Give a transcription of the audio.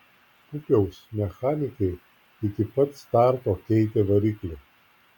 pupiaus mechanikai iki pat starto keitė variklį